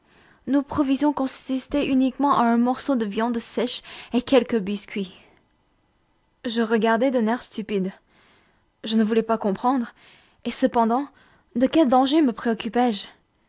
nos provisions consistaient uniquement en un morceau de viande sèche et quelques biscuits je regardais d'un air stupide je ne voulais pas comprendre et cependant de quel danger me